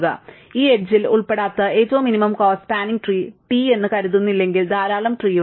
അതിനാൽ ഈ എഡ്ജ്ൽ ഉൾപ്പെടാത്ത ഏറ്റവും minimum cost spanning tree T എന്ന് കരുതുന്നില്ലെങ്കിൽ ധാരാളം ട്രീ ഉണ്ട്